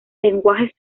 lenguajes